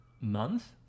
month